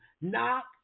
Knock